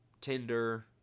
Tinder